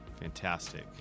Fantastic